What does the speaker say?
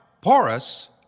porous